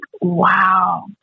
wow